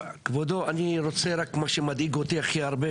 כבודו, מה שמדאיג אותי הכי הרבה